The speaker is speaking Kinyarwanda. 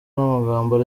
n’amagambo